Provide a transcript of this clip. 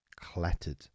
clattered